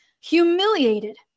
humiliated